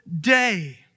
day